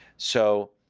so